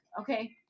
okay